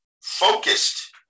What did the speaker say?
Focused